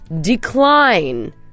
decline